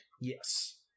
Yes